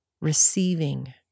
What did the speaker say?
receiving